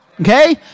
okay